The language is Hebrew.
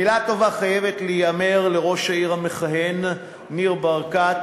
מילה טובה חייבת להיאמר לראש העיר המכהן ניר ברקת,